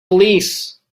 police